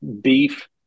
beef